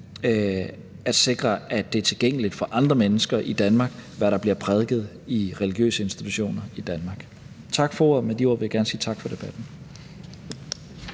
at sikre, at det er tilgængeligt for andre mennesker i Danmark, hvad der bliver prædiket i religiøse institutioner i Danmark. Med de ord vil jeg gerne sige tak for debatten.